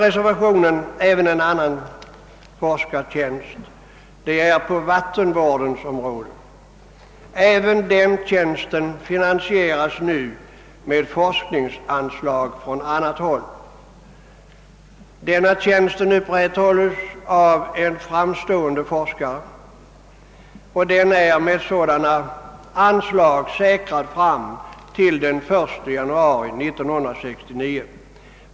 Reservationen gäller även en annan forskartjänst, nämligen på vattenvårdens område. Även denna tjänst finansieras nu med forskningsanslag från annat håll. Tjänsten upprätthålles av en framstående forskare, och med nuvarande anslag är den säkrad fram till 1 januari 1969.